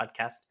podcast